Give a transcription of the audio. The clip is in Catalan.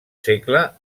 segle